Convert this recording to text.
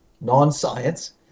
non-science